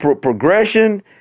progression